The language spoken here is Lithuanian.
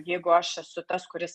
jeigu aš esu tas kuris